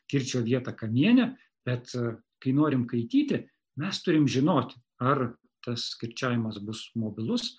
kirčio vietą kamiene bet kai norim skaityti mes turim žinoti ar tas kirčiavimas bus mobilus